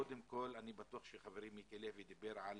קודם כל, אני בטוח שחברי מיקי לוי דיבר על